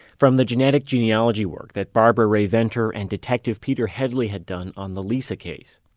from the genetic genealogy work that barbara rae-venter and detective peter headley had done on the lisa case.